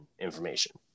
information